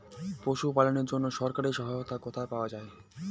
পশু পালনের জন্য সরকারি সহায়তা কোথায় পাওয়া যায়?